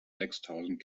sechstausend